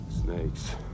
Snakes